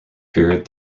period